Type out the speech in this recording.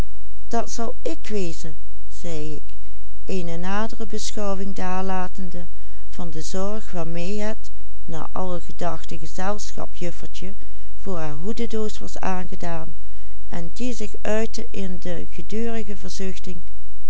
de zorg waarmee het naar alle gedachten gezelschap juffertje voor haar hoedendoos was aangedaan en die zich uitte in de gedurige verzuchting